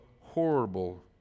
horrible